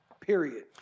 period